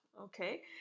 Okay